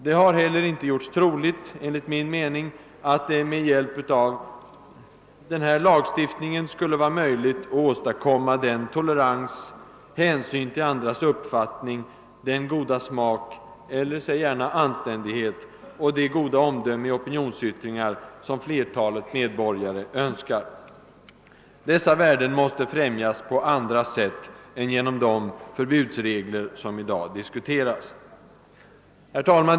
Det har heller inte gjorts troligt att det med hjälp av denna lagstiftning skulle vara möjligt att åstadkomma den tolerans, den hänsyn till andras uppfattning, den goda smak — eller säg gärna anständighet — och det goda omdöme i opinionsyttringar som flertalet medborgare önskar. Dessa värden måste främjas på andra sätt än genom de förbudsregler som i dag diskuteras. Herr talman!